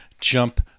jump